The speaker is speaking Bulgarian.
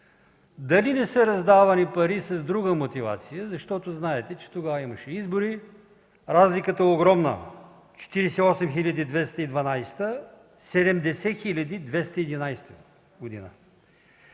дали не са раздавани пари с друга мотивация, защото знаете, че тогава имаше избори. Разликата е огромна – 48 хиляди в 2012 г.